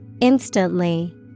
Instantly